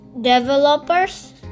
developers